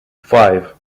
five